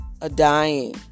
a-dying